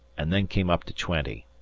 and then came up to twenty.